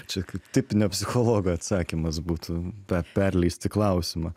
čia kaip tipinio psichologo atsakymas būtų tą perleisti klausimą